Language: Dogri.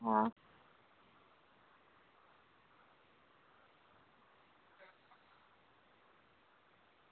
हां